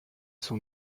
sont